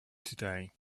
today